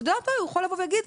הוא יכול לבוא ולהגיד,